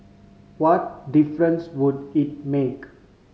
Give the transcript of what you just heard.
what difference would it make